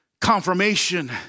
Confirmation